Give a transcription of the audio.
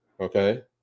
Okay